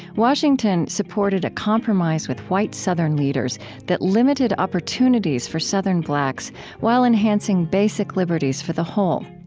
washington supported a compromise with white southern leaders that limited opportunities for southern blacks while enhancing basic liberties for the whole.